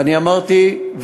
ואני אמרתי,